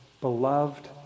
beloved